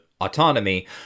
autonomy